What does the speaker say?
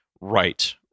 Right